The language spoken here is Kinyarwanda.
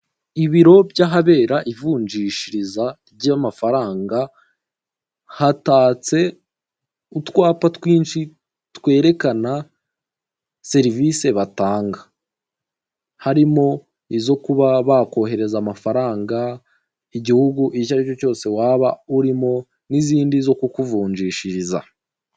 Ibiro by'ahabera ivunjishiriza ry'amafaranga, hatatse utwapa twinshi, twerekana serivise batanga. Harimo izo kuba bakohereza amafaranga, igihugu icyo ari cyo cyose waba urimo, n'izindi zo kukuvunjishiriza.